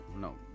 No